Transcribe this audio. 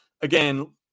again